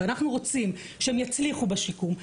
ואנחנו רוצים שהם יצליחו בשיקום,